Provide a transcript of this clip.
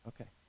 Okay